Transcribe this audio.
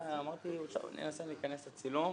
אמרתי, ננסה, ניכנס לצילום.